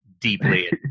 deeply